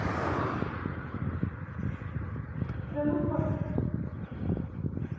चलो कोई